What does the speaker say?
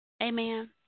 Amen